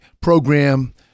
program